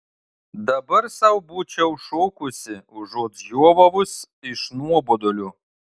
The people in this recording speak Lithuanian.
dabar sau būčiau šokusi užuot žiovavus iš nuobodulio